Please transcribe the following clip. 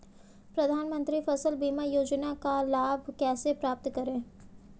प्रधानमंत्री फसल बीमा योजना का लाभ कैसे प्राप्त करें?